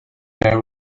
there